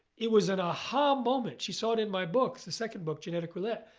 it was an aha moment. she saw it in my books, the second book, genetic roulette.